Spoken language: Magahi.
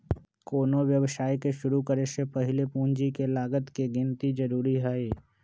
कोनो व्यवसाय के शुरु करे से पहीले पूंजी के लागत के गिन्ती जरूरी हइ